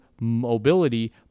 mobility